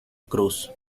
cruz